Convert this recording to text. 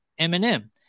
Eminem